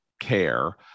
care